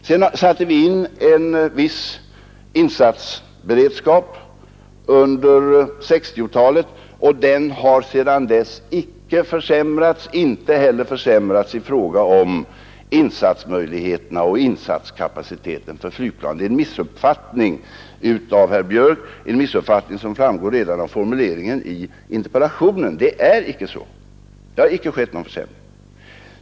Sedan hade vi en viss insatsberedskap under 1960-talet, och den har sedan dess icke försämrats och inte heller försämrats i fråga om insatsmöjligheterna och insatskapaciteten beträffande flygplan — det är en missuppfattning av herr Björck att en försämring har skett, en missuppfattning som redan framgår av formuleringen i interpellationen. Det förhåller sig inte så att det har skett någon försämring.